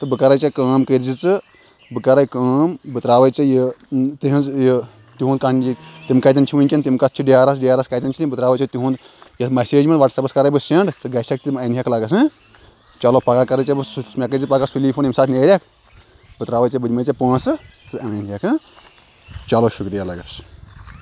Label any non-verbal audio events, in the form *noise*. تہٕ بہٕ کَرَے ژےٚ کٲم کٔرۍزِ ژٕ بہٕ کَرَے کٲم بہٕ ترٛاوَے ژےٚ یہِ تِہِنٛز یہِ تُہُنٛد *unintelligible* تِم کتٮ۪ن چھِ وٕنۍکٮ۪ن تِم کَتھ چھِ ڈیرَس ڈیرَس کَتٮ۪ن چھِ تِم بہٕ ترٛاوَے ژےٚ تِہُنٛد یَتھ مَسیج منٛز وٹسَپَس کَرَے بہٕ سٮ۪نٛڈ ژٕ گژھکھ تِم اَنہِ ہَکھ لَگَس ہَہ چلو پَگاہ کَرَے ژےٚ بہٕ سُہ مےٚ کٔرۍ زِ پَگاہ سُلی فون ییٚمہِ ساتہِ نیرکھ بہٕ ترٛاوَے ژےٚ بہٕ دِمَے ژےٚ پونٛسہٕ ژٕ اَنہِ ہَکھ ہَہ چلو شُکریہ لَگَس